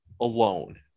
alone